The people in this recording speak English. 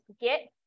get